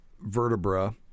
vertebra